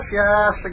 yes